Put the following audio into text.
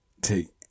take